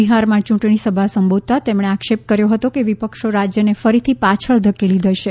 બિહારમાં ચૂંટણી સભા સંબોધતા તેમણે આક્ષેપ કર્યો હતો કે વિપક્ષો રાજ્યને ફરીથી પાછળ ધકેલી દેશે